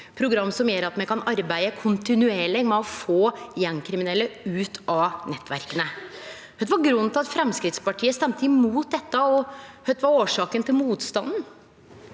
program som gjer at me kan arbeide kontinuerleg med å få gjengkriminelle ut av nettverka. Kva var grunnen til at Framstegspartiet stemte imot dette, og kva var årsaka til motstanden?